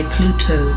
Pluto